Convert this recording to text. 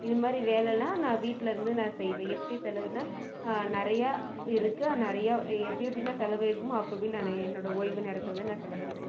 இதுமாதிரி வேலைலாம் நான் வீட்டில் இருந்து நான் செய்வேன் எப்படி சொல்றதுன்னால் நிறையா இருக்குது நிறையா எப்படி எப்படிலாம் செலவழிப்போமோ அப்படி அப்படி நான் என்னோடய ஓய்வு நேரத்தை வந்து செலவழிப்பேன்